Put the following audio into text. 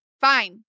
Fine